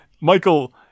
Michael